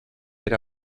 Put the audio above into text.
era